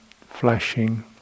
flashing